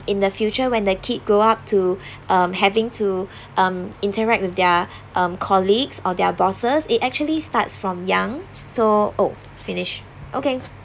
in the future when the kid grow up to um having to um interact with their um colleagues or their bosses it actually starts from young so oh finish okay